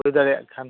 ᱞᱟᱹᱭ ᱫᱟᱲᱮᱭᱟᱜ ᱠᱷᱟᱱ